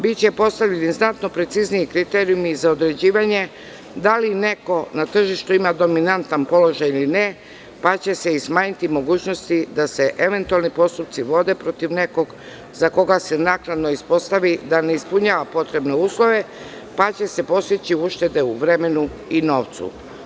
Biće postavljeni znatno precizniji kriterijumi za određivanje da li neko na tržištu ima dominantan položaj ili ne, pa će se smanjiti mogućnost da se eventualni postupci vode protiv nekog za koga se naknadno ispostavi da ne ispunjava potrebne uslove, pa će se postići uštede u vremenu i novcu.